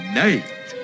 night